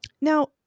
Now